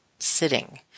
sitting